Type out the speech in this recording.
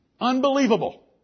Unbelievable